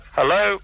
Hello